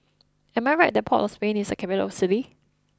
am I right that Port of Spain is a capital city